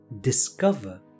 discover